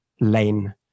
lane